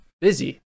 Busy